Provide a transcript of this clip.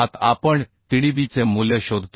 आता आपण Tdb चे मूल्य शोधतो